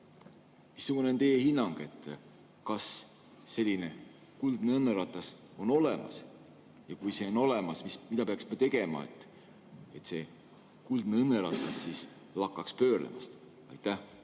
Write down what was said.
Missugune on teie hinnang, kas selline kuldne õnneratas on olemas? Ja kui see on olemas, mida peaksime tegema, et see kuldne õnneratas lakkaks pöörlemast? Aitäh!